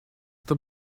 that